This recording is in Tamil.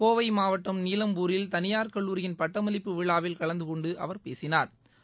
கோவை மாவட்ட நீலம்பூரில் தனியார் கல்லூரியின் பட்டமளிப்பு விழாவில் கலந்து கொண்டு அவர் பேசினா்